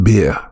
Beer